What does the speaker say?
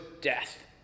death